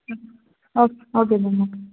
ಹ್ಞೂ okay okay ma'am okay ma'am